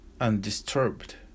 undisturbed